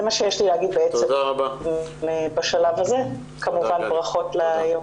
זה מה שיש לי להגיד בשלב הזה, כמובן ברכות ליו"ר.